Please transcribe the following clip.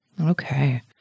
Okay